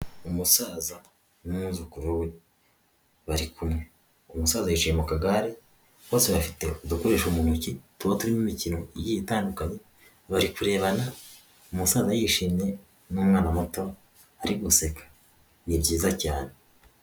Umusaza n'umwuzukuru we barikumwe, uwo musaza yicaye mu kagare bose bafite udukoresho mu ntoki tuba turimo imikino igiye itandukanye, bari kurebana umusaza yishimye n'umwana muto ari guseka ni byiza cyane.